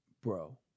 bro